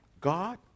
God